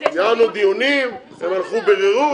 ניהלנו דיונים, הם ביררו וחזרו.